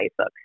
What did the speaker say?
Facebook